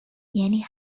یعنی